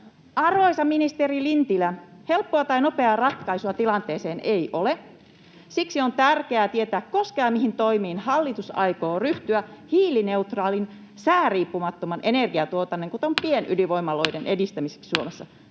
Arvoisa ministeri Lintilä, helppoa tai nopeaa ratkaisua tilanteeseen ei ole. Siksi on tärkeää tietää, koska ja mihin toimiin hallitus aikoo ryhtyä hiilineutraalin, sääriippumattoman energiantuotannon, kuten pienydinvoimaloiden, edistämiseksi Suomessa.